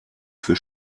für